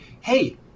hey